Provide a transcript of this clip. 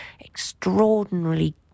extraordinarily